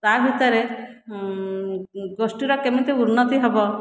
ତା' ଭିତରେ ଗୋଷ୍ଠୀର କେମିତି ଉନ୍ନତି ହେବ